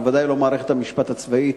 ובוודאי לא על מערכת המשפט הצבאית,